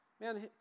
man